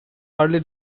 early